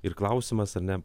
ir klausimas ar ne